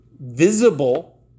visible